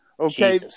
Okay